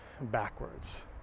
backwards